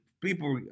people